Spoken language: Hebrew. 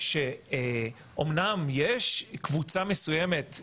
שאמנם יש קבוצה מסוימת,